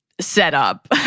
setup